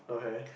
okay